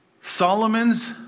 Solomon's